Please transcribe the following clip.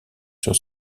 sur